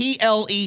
ple